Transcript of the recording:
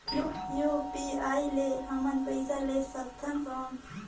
UPI ले हमन पइसा ले सकथन कौन?